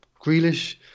Grealish